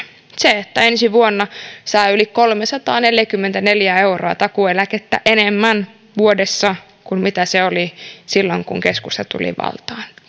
se että ensi vuonna saa yli kolmesataaneljäkymmentäneljä euroa takuueläkettä enemmän vuodessa kuin silloin kun keskusta tuli valtaan